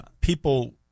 people